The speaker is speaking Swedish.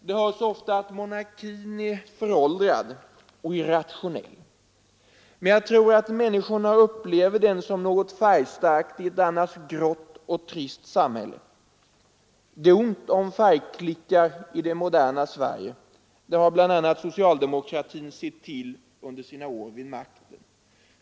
Det sägs ofta att monarkin är föråldrad och irrationell. Men jag tror att människorna upplever den som något färgstarkt i ett annars grått och trist samhälle. Det är ont om färgklickar i det moderna Sverige, detta har bl.a. socialdemokratin sett till under sina år vid makten.